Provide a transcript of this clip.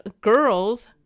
girls